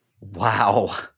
Wow